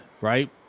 right